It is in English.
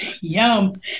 yum